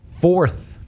fourth –